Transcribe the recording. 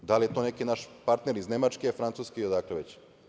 Da li je to neki naš partner iz Nemačke, Francuske i odakle već?